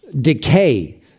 decay